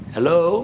Hello